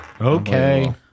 Okay